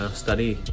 study